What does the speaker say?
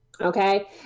Okay